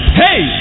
hey